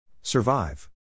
Survive